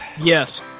Yes